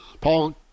Paul